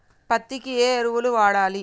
పత్తి కి ఏ ఎరువులు వాడాలి?